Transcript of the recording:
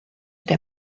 der